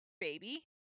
baby